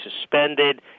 suspended